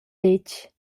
letg